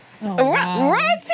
right